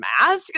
mask